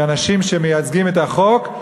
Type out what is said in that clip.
כאנשים שמייצגים את החוק,